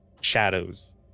shadows